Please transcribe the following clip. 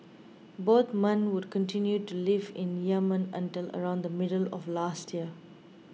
both men would continue to live in Yemen until around the middle of last year